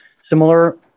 similar